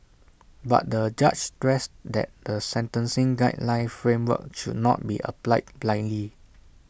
but the judge stressed that the sentencing guideline framework should not be applied blindly